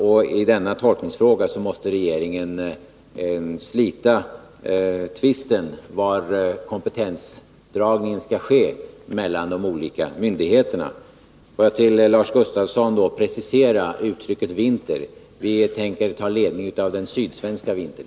Och i denna tolkningsfråga måste regeringen slita tvisten om var gränsen skall dras när det gäller de olika myndigheternas kompetens. För Lars Gustafsson vill jag precisera uttrycket vinter. Vi tänker ta ledning av den sydsvenska vintern.